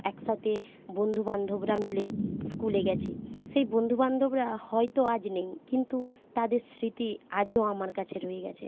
এক সাথে বন্ধু বান্ধবরা মিলে স্কুলে গিয়েছি সেই বন্ধু বান্ধবরা হয়তো আজ নেই কিন্তু তাদের স্মৃতি আজও আমার কাছে রয়ে গিয়েছে